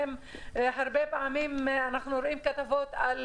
שהרבה פעמים אנחנו רואים כתבות על